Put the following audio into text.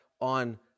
on